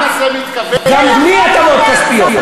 גם בלי הטבות כספיות.